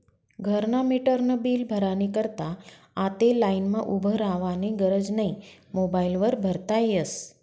घरना मीटरनं बील भरानी करता आते लाईनमा उभं रावानी गरज नै मोबाईल वर भरता यस